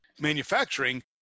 manufacturing